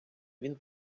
він